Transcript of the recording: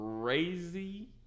crazy